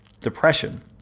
depression